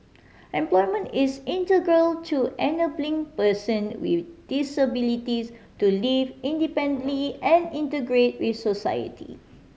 employment is integral to enabling person with disabilities to live independently and integrate with society